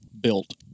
built